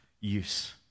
use